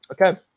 Okay